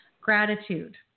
Gratitude